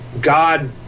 God